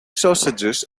sausages